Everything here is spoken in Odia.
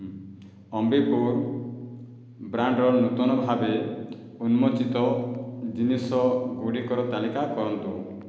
ଅମ୍ବିପୁର ବ୍ରାଣ୍ଡର ନୂତନ ଭାବେ ଉନ୍ମୋଚିତ ଜିନିଷ ଗୁଡ଼ିକର ତାଲିକା କରନ୍ତୁ